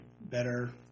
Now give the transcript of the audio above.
better